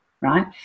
right